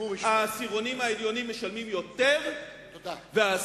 העשירונים העליונים משלמים יותר והעשירונים